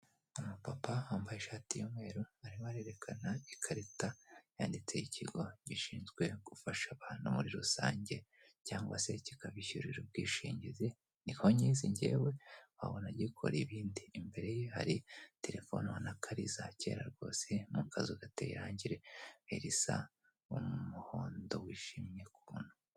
Umu papa wambaye ishati y'umweru arimo arerekana ikarita yanditse ikigo gishinzwe gufasha abantu muri rusange cyangwa se kikabishyurira ubwishingizi, niko nkizi njyewe wabona gikora ibindi, imbere ye hari telefone ubona ko ari iza kera rwose mu kazu gateye irangi irisa umuhondo wishimye ukuntu.